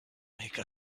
make